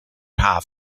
haf